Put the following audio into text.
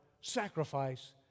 sacrifice